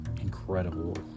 incredible